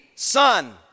Son